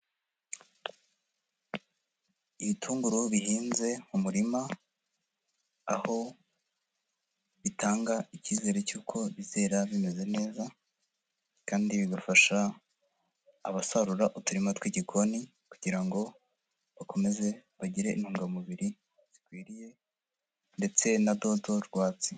Ibitunguru bihinze mu murima, aho bitanga icyizere cyuko bizera bimeze neza kandi bigafasha abasarura uturima tw'igikoni kugira ngo bakomeze bagire intungamubiri zikwiriye ndetse na dodo rwatsi.